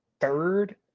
third